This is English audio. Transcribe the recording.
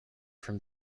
from